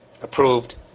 approved